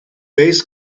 bass